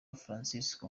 francisco